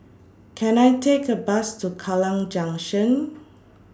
Can I Take A Bus to Kallang Junction